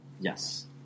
Yes